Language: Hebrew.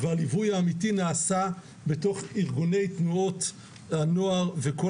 והליווי האמיתי נעשה בתוך ארגוני תנועות הנוער וכל